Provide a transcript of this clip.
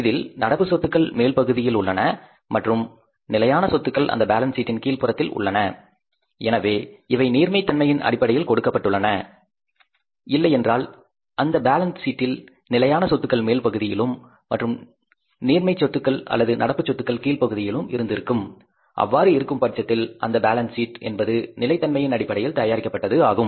இதில் current assets மேல் பகுதியில் உள்ளன மற்றும் பிக்ஸ்ட் அஸ்ஸட்ஸ் அந்த பேலன்ஸ் சீட்டின் கீழ்ப்புறத்தில் உள்ளன எனவே இவை நீர்மை தன்மையின் அடிப்படையில் கொடுக்கப்பட்டுள்ளன இல்லையென்றால் அந்த பேலன்ஸ் சீட்டில் பிக்ஸ்ட் அஸ்ஸட்ஸ் மேல் பகுதியிலும் மற்றும் நீர்மை சொத்துக்கள் அல்லது கரண்ட் அஸ்ஸட்ஸ் கீழ்ப் பகுதியிலும் இருந்திருக்கும் அவ்வாறு இருக்கும் பட்சத்தில் அந்த பேலன்ஸ் சீட் என்பது நிலை தன்மையின் அடிப்படையில் தயாரிக்கப்பட்டது ஆகும்